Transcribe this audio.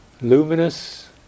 luminous